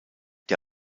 der